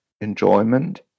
enjoyment